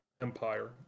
empire